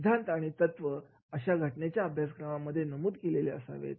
सिद्धान्त आणि तत्व अशा घटनेच्या अभ्यासक्रमामध्ये नमूद केलेले असावेत